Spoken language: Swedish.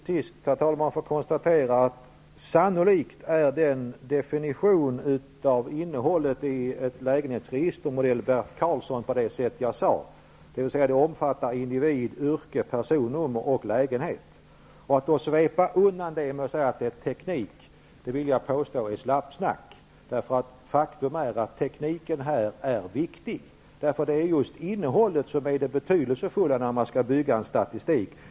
Herr talman! Jag måste till sist få konstatera att sannolikt är definitionen av innehållet i ett lägenhetsregister modell Bert Karlsson såsom jag sade. Det torde omfatta individ, yrke, personnummer och lägenhet. Att svepa undan detta och säga att det är fråga om teknik, vill jag påstå är struntprat. Faktum är att tekniken här är viktig. Det är innehållet som är det betydelsefulla när man skall bygga upp en statistik.